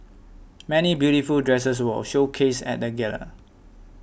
many beautiful dresses were showcased at the gala